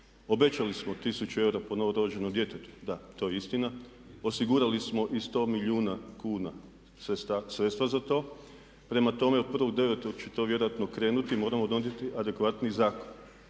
Obećali smo tisuću eura po novorođenom djetetu, da, to je istina. Osigurali smo i 100 milijuna kuna sredstva za to. Prema tome od 1.9. će to vjerojatno krenuti, moramo donijeti adekvatniji zakon.